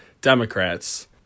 Democrats